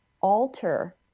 alter